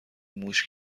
موش